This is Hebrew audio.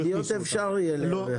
ידיות אפשר יהיה לייבא.